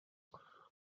top